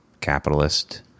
capitalist